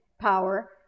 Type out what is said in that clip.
power